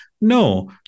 No